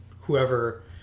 whoever